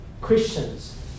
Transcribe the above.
Christians